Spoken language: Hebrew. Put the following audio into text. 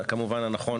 לכאורה לפי הנתונים,